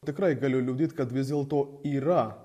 tikrai galiu liudyt kad vis dėlto yra